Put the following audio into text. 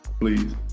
please